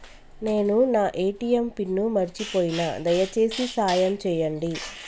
నేను నా ATM pin మర్చిపోయిన, దయచేసి సాయం చేయండి